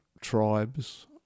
tribes